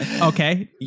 Okay